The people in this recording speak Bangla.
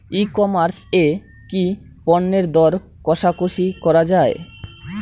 ই কমার্স এ কি পণ্যের দর কশাকশি করা য়ায়?